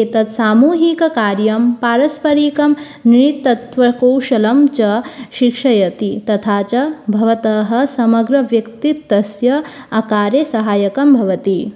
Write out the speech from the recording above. एतत्सामूहिककार्यं पारस्परिकं नेतृत्त्वकौशलं च शिक्षयति तथा च भवतः समग्रव्यक्तित्वस्य आकारे सहायकं भवति